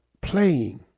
playing